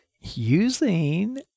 using